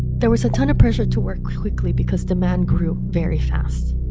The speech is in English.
there was a ton of pressure to work quickly because demand grew very fast.